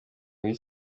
bw’i